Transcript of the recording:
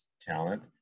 talent